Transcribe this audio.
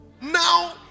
Now